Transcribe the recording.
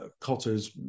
Cotter's